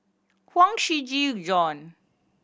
Huang Shiqi Joan